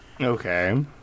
Okay